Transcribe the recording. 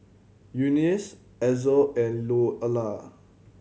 Eunice Ezell and Louella